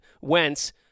Wentz